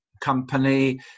company